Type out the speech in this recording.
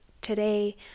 today